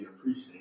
appreciate